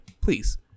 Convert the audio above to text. please